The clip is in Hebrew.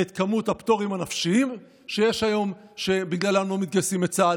את מספר הפטורים הנפשיים שיש היום שבגללם לא מתגייסים לצה"ל.